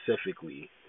Specifically